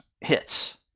hits